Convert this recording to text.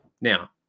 Now